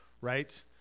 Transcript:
right